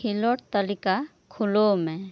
ᱠᱷᱮᱞᱳᱸᱰ ᱛᱟᱞᱤᱠᱟ ᱠᱷᱩᱞᱟᱹᱣ ᱢᱮ